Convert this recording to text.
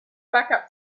backup